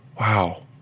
Wow